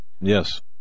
yes